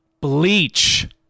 Bleach